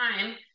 time